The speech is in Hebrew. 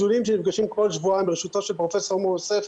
יש דיונים שנפגשים כל שבועיים בראשותו של פרופ' מור יוסף,